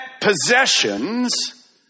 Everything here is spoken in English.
possessions